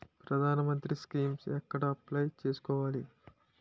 ప్రధాన మంత్రి స్కీమ్స్ ఎక్కడ అప్లయ్ చేసుకోవాలి?